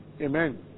Amen